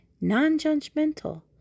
non-judgmental